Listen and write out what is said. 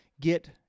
get